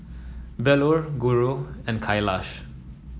Bellur Guru and Kailash